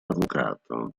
avvocato